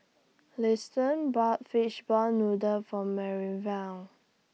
Liston bought Fish Ball Noodles For Minerva